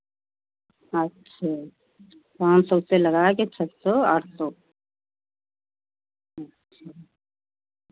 अच्छा पाँच सौ से लगाए के छह सौ आठ सौ अच्छा